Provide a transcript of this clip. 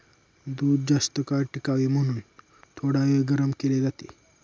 दूध जास्तकाळ टिकावे म्हणून थोडावेळ गरम केले जाते